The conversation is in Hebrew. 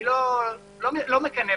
לא מקנא בהם.